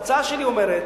ההצעה שלי אומרת